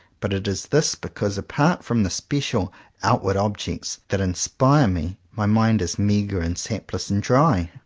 but it is this because, apart from the special outward objects that inspire me, my mind is meagre, and sapless, and dry